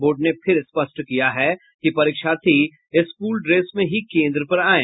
board ने फिर स्पष्ट किया है कि परीक्षार्थी स्कूल ड्रेस में ही केन्द्र पर आये